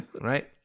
right